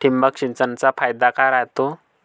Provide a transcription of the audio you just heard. ठिबक सिंचनचा फायदा काय राह्यतो?